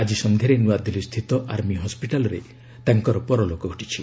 ଆଜି ସନ୍ଧ୍ୟାରେ ନୂଆଦିଲ୍ଲୀ ସ୍ଥିତ ଆର୍ମୀ ହସ୍କିଟାଲ୍ରେ ତାଙ୍କର ପରଲୋକ ଘଟିଛି